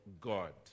God